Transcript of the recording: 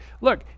look